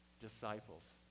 disciples